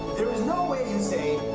there's no way you say,